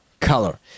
color